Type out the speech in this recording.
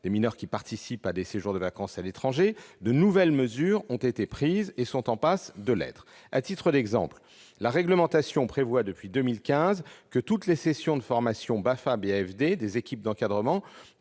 des mineurs participant à des séjours de vacances à l'étranger, de nouvelles mesures ont d'ores et déjà été prises ou sont en passe de l'être. À titre d'exemple, la réglementation prévoit depuis 2015 que toutes les sessions de formation au BAFA-BAFD- le brevet